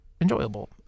Enjoyable